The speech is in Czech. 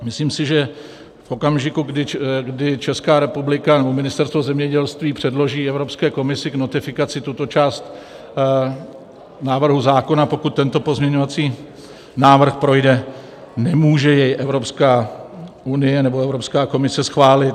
Myslím si, že v okamžiku, kdy Česká republika nebo Ministerstvo zemědělství předloží Evropské komisi k notifikaci tuto část návrhu zákona, pokud tento pozměňovací návrh projde, nemůže jej Evropská unie nebo Evropská komise schválit.